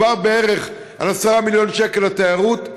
מדובר בערך על 10 מיליון שקל לתיירות,